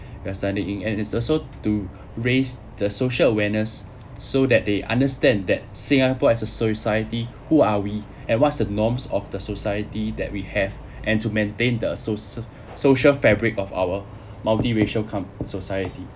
we're standing in and it's also to raise the social awareness so that they understand that singapore as a society who are we at what's the norms of the society that we have and to maintain the source of social fabric of our multiracial society